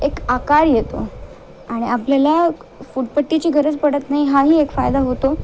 एक आकार येतो आणि आपल्याला फुट पट्टीची गरज पडत नाही हाही एक फायदा होतो